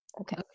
okay